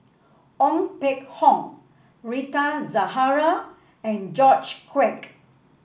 Ong Peng Hock Rita Zahara and George Quek